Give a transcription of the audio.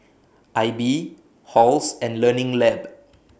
AIBI Halls and Learning Lab